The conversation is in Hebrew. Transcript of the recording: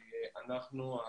אנחנו,